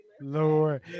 Lord